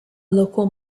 local